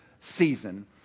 season